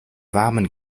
warmen